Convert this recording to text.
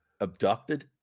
abducted